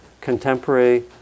contemporary